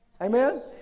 Amen